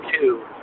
two